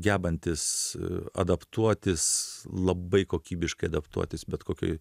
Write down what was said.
gebantis adaptuotis labai kokybiškai adaptuotis bet kokioj